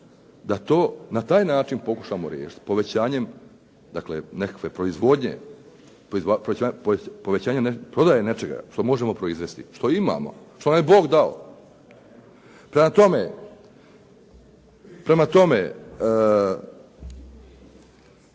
da to na taj način pokušamo riješiti povećanjem nekakve proizvodnje, povećanjem prodaje nečega što možemo proizvesti, što imamo, što nam je Bog dao. Prema tome, osim toga